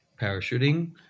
parachuting